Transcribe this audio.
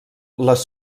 les